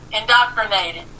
Indoctrinated